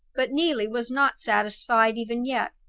but neelie was not satisfied even yet.